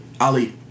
Ali